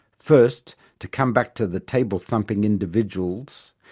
first, to come back to the table thumping individuals,